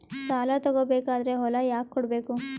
ಸಾಲ ತಗೋ ಬೇಕಾದ್ರೆ ಹೊಲ ಯಾಕ ಕೊಡಬೇಕು?